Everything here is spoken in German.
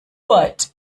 weit